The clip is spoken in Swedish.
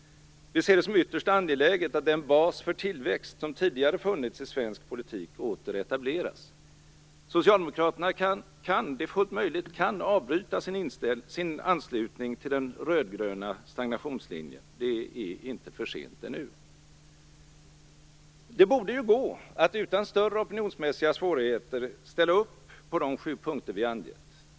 Vi ser det som ytterst angeläget att den bas för tillväxt som tidigare funnits i svensk politik åter etableras. Socialdemokraterna kan - det är fullt möjligt - avbryta sin anslutning till den röd-gröna stagnationslinjen. Det är inte för sent ännu. Det borde gå att utan större opinionsmässiga svårigheter ställa upp på de sju punkter vi angett.